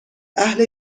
اهل